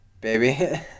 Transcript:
baby